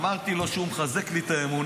אמרתי לו שהוא מחזק לי את האמונה.